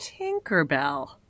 Tinkerbell